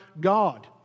God